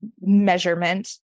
measurement